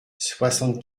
soixante